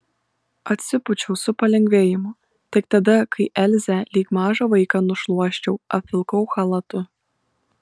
atsipūčiau su palengvėjimu tik tada kai elzę lyg mažą vaiką nušluosčiau apvilkau chalatu